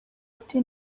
ati